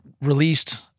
released